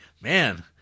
man